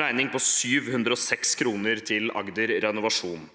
regning på 706 kr til Agder renovasjon.